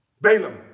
Balaam